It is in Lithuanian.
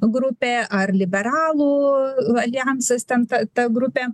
grupė ar liberalų aljansas ten ta grupė